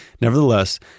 Nevertheless